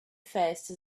fast